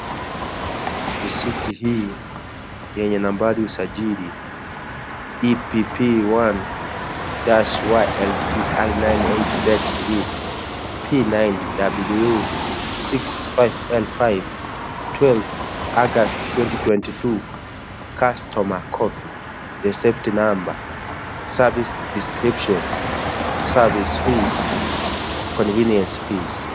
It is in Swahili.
Risiti hii yenye nambari usajili (cs)EPP one dash YLTR nine eight Z three P nine W six five L five twelve August twenty twenty two customer copy safety number, service description, service fees, convenience fees(cs).